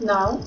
Now